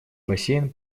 бассейн